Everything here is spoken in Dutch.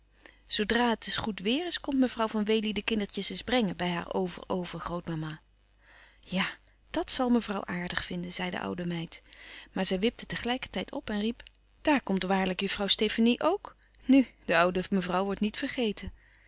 dra het eens goed weêr is komt mevrouw van wely de kindertjes eens brengen bij over over grootmama ja dàt zal mevrouw aardig vinden zeide de oude meid maar zij wipte tegelijkertijd op en riep daar komt waarlijk juffrouw stefanie ook nu de oude mevrouw wordt niet vergeten